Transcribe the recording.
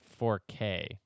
4K